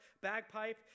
bagpipe